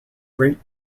great